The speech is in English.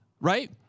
right